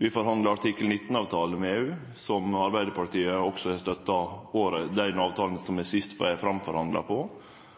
Vi forhandlar artikkel 19-avtalen med EU, og Arbeidarpartiet har òg støtta den avtalen som sist vart framforhandla.